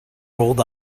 rolled